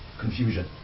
confusion